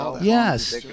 yes